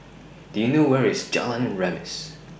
Do YOU know Where IS Jalan Remis